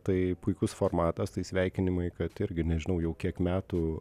tai puikus formatas tai sveikinimai kad irgi nežinau jau kiek metų